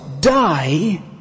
die